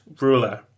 ruler